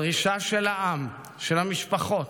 הדרישה של העם, של המשפחות,